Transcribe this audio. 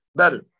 better